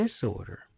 disorder